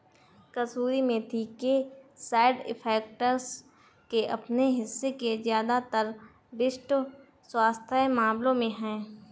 कसूरी मेथी के side effects के अपने हिस्से है ज्यादातर विशिष्ट स्वास्थ्य मामलों में है